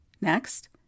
Next